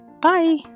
Bye